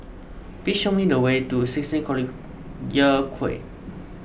please show me the way to sixteen Collyer Quay